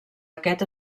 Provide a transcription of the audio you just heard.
aquest